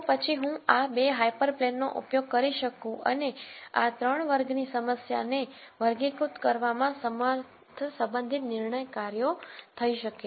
તો પછી હું આ 2 હાયપરપ્લેન નો ઉપયોગ કરી શકું અને આ 3 વર્ગની સમસ્યાને વર્ગીકૃત કરવામાં સમર્થ સંબંધિત નિર્ણય કાર્યો થઇ શકે